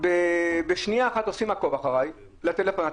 בשנייה אחת עושים עקוב אחריי לטלפון.